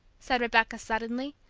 said rebecca, suddenly,